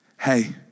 Hey